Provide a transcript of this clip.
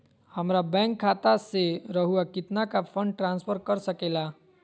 हमरा बैंक खाता से रहुआ कितना का फंड ट्रांसफर कर सके ला?